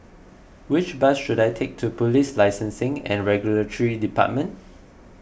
which bus should I take to Police Licensing and Regulatory Department